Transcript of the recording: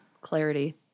clarity